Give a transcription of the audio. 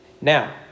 Now